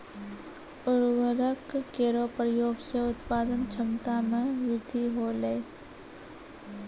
उर्वरक केरो प्रयोग सें उत्पादन क्षमता मे वृद्धि होलय